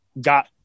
got